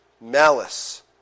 malice